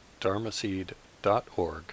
dharmaseed.org